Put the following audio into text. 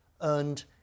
earned